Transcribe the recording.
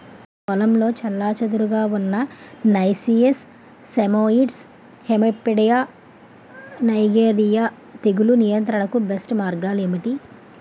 పొలంలో చెల్లాచెదురుగా ఉన్న నైసియస్ సైమోయిడ్స్ హెమిప్టెరా లైగేయిడే తెగులు నియంత్రణకు బెస్ట్ మార్గాలు ఏమిటి?